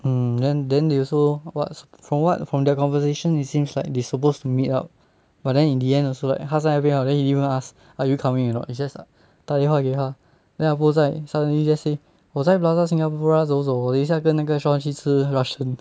hmm then then they also what from what from their conversation it seems like they supposed to meet up but then in the end also like 他在那边了 then he didn't even ask are you coming or not it's just ah 打电话给他 then ah bo 在 suddenly just say 我在 plaza singapura 走走我等一下跟那个 sean 去吃 russian